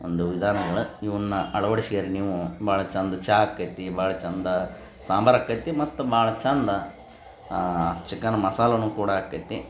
ಒಂದು ವಿಧಾನಗಳು ಇವನ್ನ ಅಳವಡ್ಸ್ಕಂದ್ ನೀವು ಭಾಳ ಚೆಂದ ಚಹಾ ಆಕೈತಿ ಭಾಳ ಚೆಂದ ಸಾಂಬಾರು ಆಕೈತಿ ಮತ್ತು ಭಾಳ ಚೆಂದ ಚಿಕನ್ ಮಸಾಲನೂ ಕೂಡ ಆಕೈತಿ